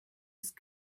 ist